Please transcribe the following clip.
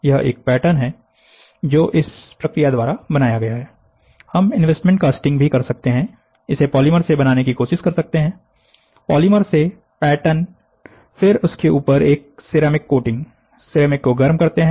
यह एक पैटर्न है जो इस प्रक्रिया द्वारा बनाया गया है हम इन्वेस्टमेंट कास्टिंग भी कर सकते हैं इसे पॉलीमर से बनाने की कोशिश कर सकते हैं पॉलीमर से पैटर्न फिर उसके ऊपर एक सिरेमिक कोटिंग सिरेमिक को गर्म करते हैं